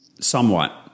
somewhat